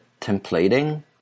templating